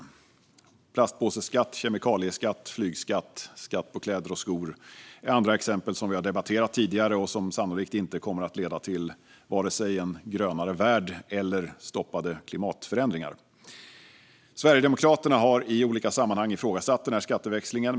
Det är platspåseskatt, kemikalieskatt, flygskatt och skatt på kläder och skor. Det är andra exempel som vi har debatterat tidigare och som sannolikt inte kommer att leda till vare sig en grönare värld eller stoppade klimatförändringar. Sverigedemokraterna har i olika sammanhang ifrågasatt den här skatteväxlingen.